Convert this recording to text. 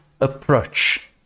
approach